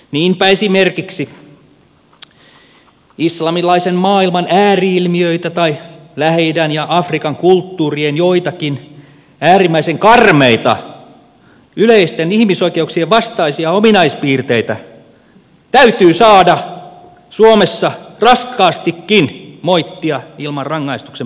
niinpä esimerkiksi islamilaisen maailman ääri ilmiöitä tai lähi idän ja afrikan kulttuurien joitakin äärimmäisen karmeita yleisten ihmisoikeuksien vastaisia ominaispiirteitä täytyy saada suomessa raskaastikin moittia ilman rangaistuksen pelkoa